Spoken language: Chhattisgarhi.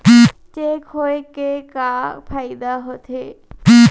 चेक होए के का फाइदा होथे?